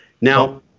Now